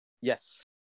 Yes